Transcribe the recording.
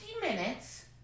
minutes